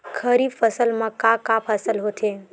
खरीफ फसल मा का का फसल होथे?